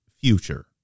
future